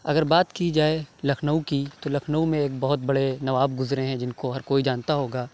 اگر بات کی جائے لکھنؤ کی تو لکھنؤ میں ایک بہت بڑے نواب گُزرے ہیں جن کو ہر کوئی جانتا ہوگا